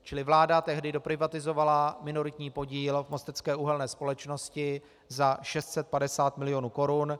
Čili vláda tehdy doprivatizovala minoritní podíl v Mostecké uhelné společnosti za 650 milionů korun.